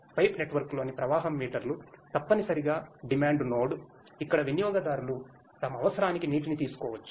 pipe నెట్వర్క్లోని ప్రవాహం మీటర్లు తప్పనిసరిగా డిమాండ్ నోడ్ ఇక్కడ వినియోగదారులు తమ అవసరానికి నీటిని తీసుకోవచ్చు